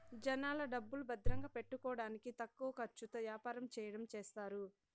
జనాల డబ్బులు భద్రంగా పెట్టుకోడానికి తక్కువ ఖర్చుతో యాపారం చెయ్యడం చేస్తారు